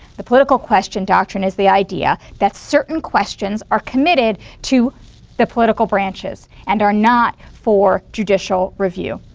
the political question doctrine is the idea that certain questions are committed to the political branches and are not for judicial review.